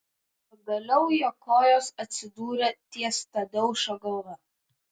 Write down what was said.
pagaliau jo kojos atsidūrė ties tadeušo galva